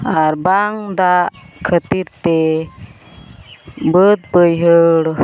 ᱟᱨ ᱵᱟᱝ ᱫᱟᱜ ᱠᱷᱟᱹᱛᱤᱨᱛᱮ ᱵᱟᱹᱫᱽᱼᱵᱟᱹᱭᱦᱟᱹᱲ